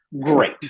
great